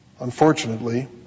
Unfortunately